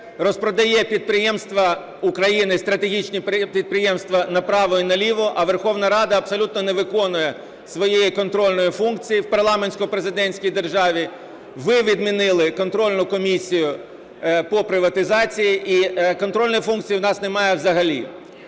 розпродає підприємства України, стратегічні підприємства направо і наліво, а Верховна Рада абсолютно не виконує своєї контрольної функції в парламентсько-президентській державі. Ви відмінили контрольну комісію по приватизації і контрольної функції у нас немає взагалі.